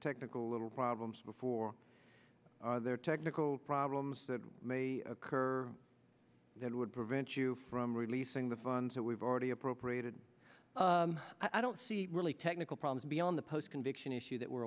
technical problems before there are technical problems that may occur that would prevent you from releasing the funds that we've already appropriated i don't see really technical problems beyond the post conviction issue that we